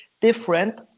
different